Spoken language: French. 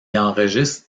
enregistre